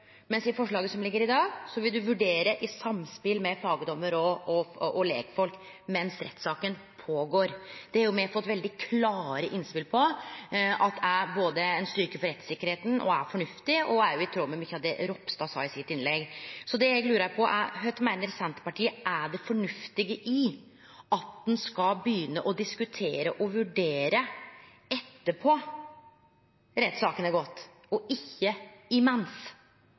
mens rettsaka er i gang. Det har me fått veldig klare innspel på at både er ein styrke for rettssikkerheita og er fornuftig – òg i tråd med mykje av det Ropstad sa i sitt innlegg. Det eg lurar på, er kva Senterpartiet meiner er det fornuftige i at ein skal begynne å diskutere og vurdere etter at rettssaka har vore, og ikkje